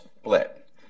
split